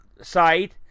site